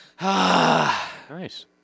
Nice